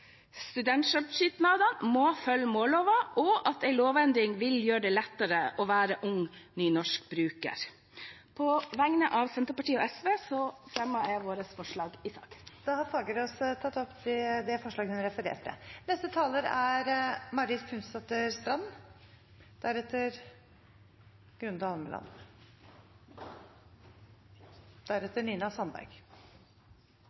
må følge målloven, og at en lovendring vil gjøre det lettere å være ung nynorskbruker. På vegne av Senterpartiet og SV tar jeg opp vårt forslag i saken. Representanten Mona Fagerås har tatt opp det forslaget hun refererte